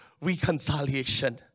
reconciliation